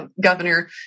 governor